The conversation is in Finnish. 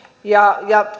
ja ja